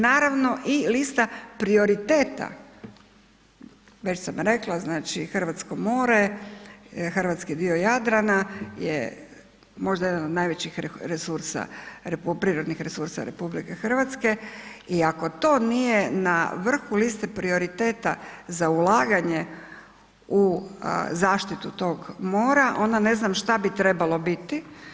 Naravno i lista prioriteta, već sam rekla, znači hrvatsko more, hrvatski dio Jadrana je, možda jedan od najvećih resursa, prirodnih resursa RH i ako to nije na vrhu liste prioriteta za ulaganje u zaštitu tog mora, onda ne znam što bi trebalo biti.